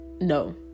no